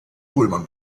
römern